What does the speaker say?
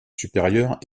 supérieures